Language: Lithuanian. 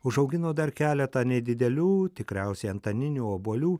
užaugino dar keletą nedidelių tikriausiai antaninių obuolių